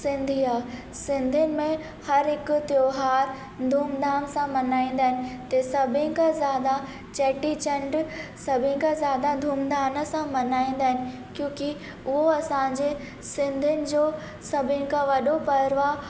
सिंधी आहे सिंधियुनि में हर हिकु त्योहारु धूम धाम सां मल्हाईंदा आहिनि ते सभिनि खां ज़ादा चेटी चंड सभिनि खां ज़्यादा धूम धाम सां मल्हाईंदा आहिनि क्युकी उहो असांजे सिंधियुनि जो सभिनि खां वॾो पर्व आहे